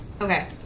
Okay